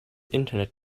internet